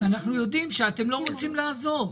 אנחנו יודעים שאתם לא רוצים לעזור.